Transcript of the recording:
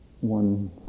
one